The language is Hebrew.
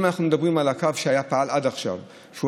אם אנחנו מדברים על הקו שפעל עד עכשיו, שהוא